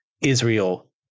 Israel